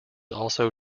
also